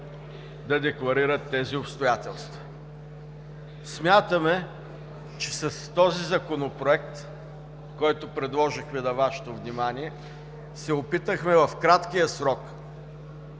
да декларират тези обстоятелства. Смятаме, че с този законопроект, който предложихме на Вашето внимание, се опитахме в краткия срок,